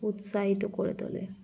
উৎসাহিত করে তোলে